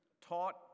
taught